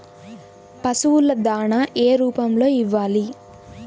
పశువుల దాణా ఏ రూపంలో ఇవ్వాలి?